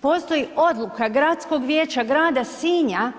Postoji odluka Gradskog vijeća grada Sinja